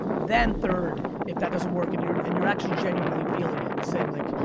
then third, if that doesn't work and you're and you're actually genuinely feeling it and saying, like,